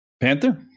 Panther